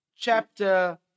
chapter